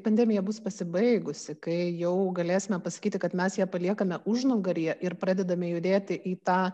pandemija bus pasibaigusi kai jau galėsime pasakyti kad mes ją paliekame užnugaryje ir pradedame judėti į tą